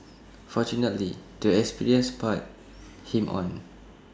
fortunately the experience spurred him on